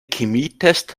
chemietest